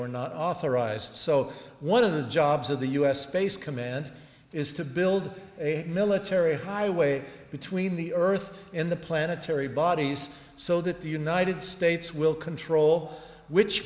were not authorized so one of the jobs of the u s space command is to build a military highway between the earth in the planetary bodies so that the united states will control which